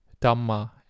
Dhamma